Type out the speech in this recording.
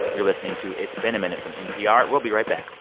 you're listening to it's been a minute from npr. we'll be right back